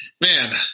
Man